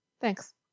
Thanks